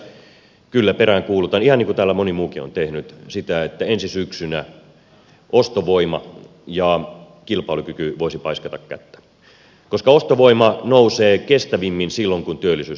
tässä kyllä peräänkuulutan ihan niin kuin täällä moni muukin on tehnyt sitä että ensi syksynä ostovoima ja kilpailukyky voisivat paiskata kättä koska ostovoima nousee kestävimmin silloin kun työllisyys lisääntyy